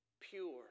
pure